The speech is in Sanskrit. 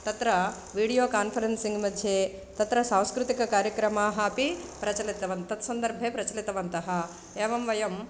तत्र वीडियो कान्फरेन्सिङ्ग् मध्ये तत्र सांस्कृतिककार्यक्रमाः अपि प्रचलितवन्तः तत्सन्दर्भे प्रचलितवन्तः एवं वयं